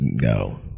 go